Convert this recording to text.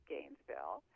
Gainesville